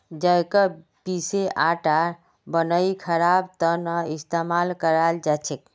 जौ क पीसे आटा बनई खबार त न इस्तमाल कराल जा छेक